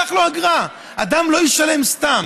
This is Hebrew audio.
קח לו אגרה, אדם לא ישלם סתם.